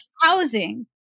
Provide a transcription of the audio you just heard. housing